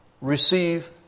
receive